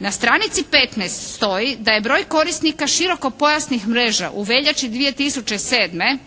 Na stranici 15 stoji da je broj korisnika širokopojasnih mreža u veljači 2007.